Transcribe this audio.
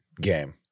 game